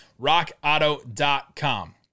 rockauto.com